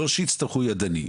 לא שיצטרכו ידני,